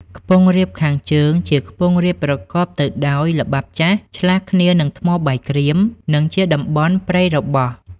ខ្ពង់រាបខាងជើង ជាខ្ពង់រាបប្រកបទៅដោយល្បាប់ចាស់ ឆ្លាស់គ្នានឹងថ្មបាយក្រៀម និងជាតំបន់ព្រៃរបោះ ។